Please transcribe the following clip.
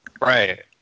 Right